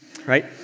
right